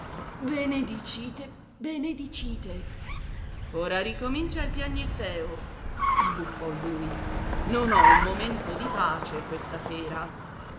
e fedele benedicite benedicite ora ricomincia il piagnisteo sbuffò lui non ho un momento di pace questa sera